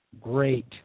great